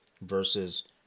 versus